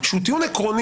זו נקודה לחשיבה.